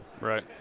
right